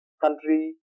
country